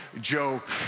joke